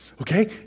okay